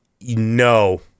no